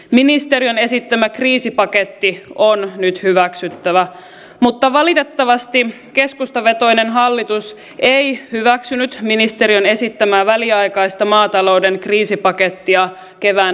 ministeriön esittämä kriisipaketti on nyt hyväksyttävä mutta valitettavasti keskustavetoinen hallitus ei hyväksynyt ministeriön esittämää väliaikaista maatalouden kriisipakettia kevään lisätalousarvioonsa